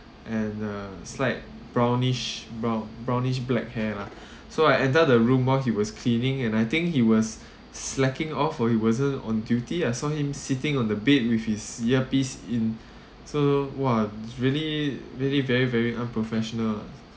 and a slight brownish brown brownish black hair lah so I enter the room while he was cleaning and I think he was slacking off or he wasn't on duty I saw him sitting on the bed with his earpiece in so !wah! really really very very unprofessional ah